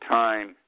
time